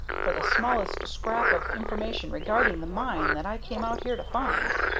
for the smallest scrap of information regarding the mine that i came out here to find.